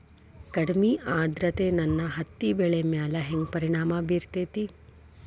ಕಡಮಿ ಆದ್ರತೆ ನನ್ನ ಹತ್ತಿ ಬೆಳಿ ಮ್ಯಾಲ್ ಹೆಂಗ್ ಪರಿಣಾಮ ಬಿರತೇತಿ?